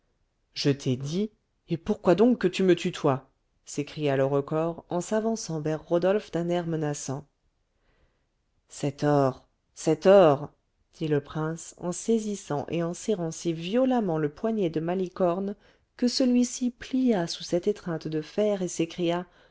je t'ai dit et pourquoi donc que tu me tutoies s'écria le recors en s'avançant vers rodolphe d'un air menaçant cet or cet or dit le prince en saisissant et en serrant si violemment le poignet de malicorne que celui-ci plia sous cette étreinte de fer et s'écria